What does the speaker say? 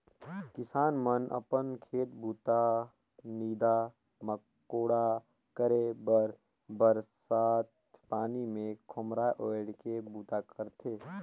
किसान मन अपन खेत बूता, नीदा मकोड़ा करे बर बरसत पानी मे खोम्हरा ओएढ़ के बूता करथे